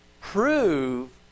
Prove